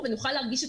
תוצאות מצוינות.